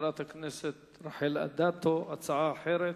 חברת הכנסת רחל אדטו, הצעה אחרת.